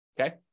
okay